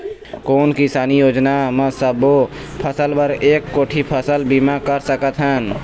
कोन किसानी योजना म सबों फ़सल बर एक कोठी फ़सल बीमा कर सकथन?